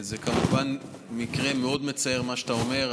זה, כמובן, מקרה מאוד מצער, מה שאתה אומר.